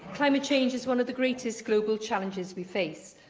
climate change is one of the greatest global challenges we face.